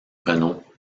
renault